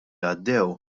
għaddew